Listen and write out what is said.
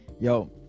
yo